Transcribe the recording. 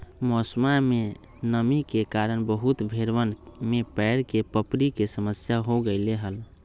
मौसमा में नमी के कारण बहुत भेड़वन में पैर के पपड़ी के समस्या हो गईले हल